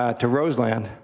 ah to roseland.